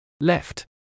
Left